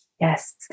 Yes